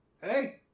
Hey